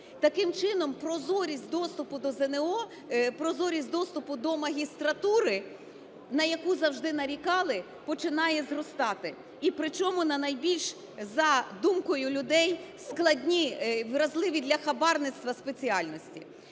Таким чином, прозорість доступу до ЗНО… прозорість доступу до магістратури, на яку завжди нарікали, починає зростати і причому на найбільш, за думкою людей, складні, вразливі для хабарництва спеціальності.